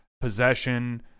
Possession